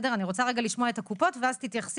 אני רוצה רגע לשמוע קודם כל את קופות החולים ואז תתייחסי